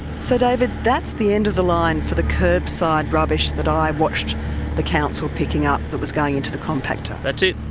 so david, that's the end of the line for the curbside rubbish that i watched the council picking up that was going into the compacter. that's it,